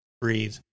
breathe